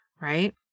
right